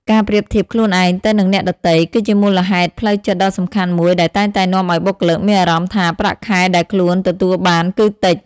ការប្រៀបធៀបខ្លួនឯងទៅនឹងអ្នកដទៃ គឺជាមូលហេតុផ្លូវចិត្តដ៏សំខាន់មួយដែលតែងតែនាំឲ្យបុគ្គលិកមានអារម្មណ៍ថាប្រាក់ខែដែលខ្លួនទទួលបានគឺតិច។